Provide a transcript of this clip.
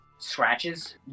scratches